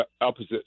opposite